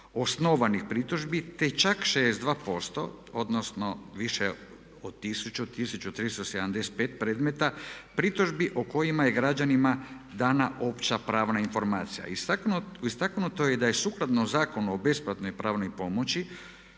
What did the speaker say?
osnovanih pritužbi te čak 62% odnosno više od 1000, 1375 predmeta pritužbi o kojima je građanima dana opća pravna informacija. Istaknuto je da je sukladno Zakonu o besplatnoj pravnoj pomoći